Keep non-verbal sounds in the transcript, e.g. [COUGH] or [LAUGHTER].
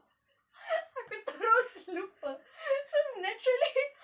[LAUGHS] aku terus lupa cause naturally